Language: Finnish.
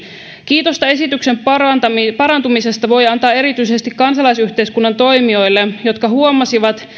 kiitosta esityksen parantumisesta voi antaa erityisesti kansalaisyhteiskunnan toimijoille jotka huomasivat